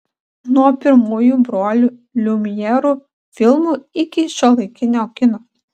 nuo pirmųjų brolių liumjerų filmų iki šiuolaikinio kino